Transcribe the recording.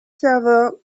server